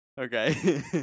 Okay